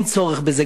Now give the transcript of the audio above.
אין צורך בזה.